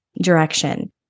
direction